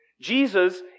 Jesus